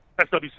SWC